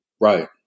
Right